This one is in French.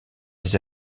les